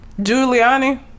Giuliani